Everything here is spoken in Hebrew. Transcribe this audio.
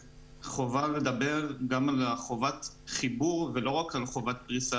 חובה לדבר גם על חובת חיבור ולא רק על חובת פריסה